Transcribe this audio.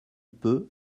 peu